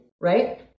right